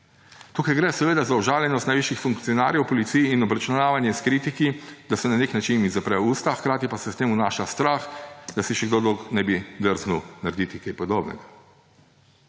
Tukaj gre seveda za užaljenost najvišjih funkcionarjev v policiji in obračunavanje s kritiki, da se jim na nek način zapre usta, hkrati pa se s tem vnaša strah, da se še kdo drug ne bi drznil narediti česa podobnega.